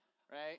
right